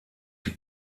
die